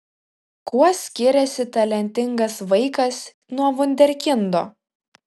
kuo skiriasi talentingas vaikas nuo vunderkindo